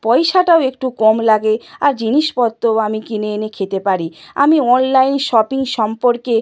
পয়সাটাও একটু কম লাগে আর জিনিসপত্রও আমি কিনে এনে খেতে পারি আমি অনলাইন শপিং সম্পর্কে